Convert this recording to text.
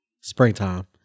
springtime